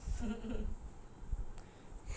சண்டையே போட மாட்டேன்:sandaiyae poda maataen I'm against violence